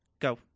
go